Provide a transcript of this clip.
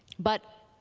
but